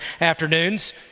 afternoons